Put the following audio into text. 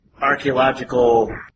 archaeological